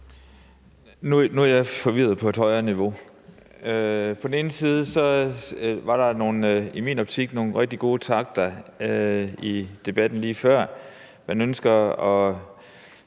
Nu er jeg forvirret på et højere niveau. På den ene side var der i min optik nogle rigtig gode takter i debatten lige før.